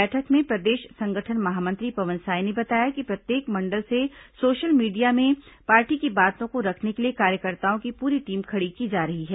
बैठक में प्रदेश संगठन महामंत्री पवन साय ने बताया कि प्रत्येक मंडल से सोशल मीडिया में पार्टी की बातों को रखने के लिए कार्यकर्ताओं की पूरी टीम खड़ी की जा रही है